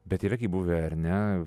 bet yra gi buvę ar ne